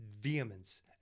vehemence